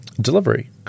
delivery